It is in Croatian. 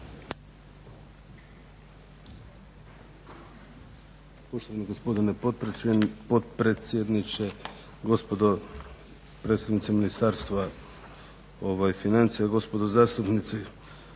Poštovani gospodine potpredsjedniče, gospodo predstavnici Ministarstva financija, gospodo zastupnici.